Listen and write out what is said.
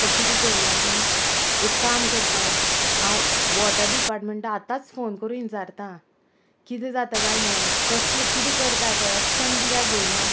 आतां किदें करया आमी एक काम करता हांव वॉटर डिपार्टमेंट आतांच फोन करून विचारता किदें जाता काय म्हणोन कसलें कितें करता तें एक्शन कित्याक घेयना